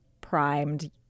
primed